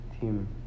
team